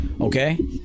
Okay